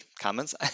comments